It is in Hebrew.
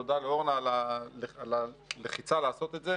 תודה לאורנה על הלחץ לעשות את זה.